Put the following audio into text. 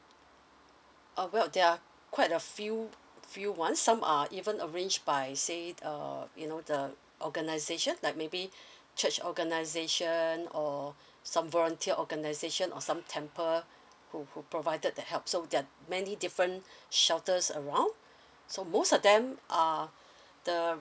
oh well there are quite a few few [ones] some are even arranged by say uh you know the organization like maybe church organization or some volunteer organization or some temple who who provided the help so there are many different shelters around so most of them uh the